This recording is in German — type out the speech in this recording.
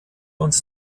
und